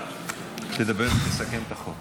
תדבר ותסכם את החוק.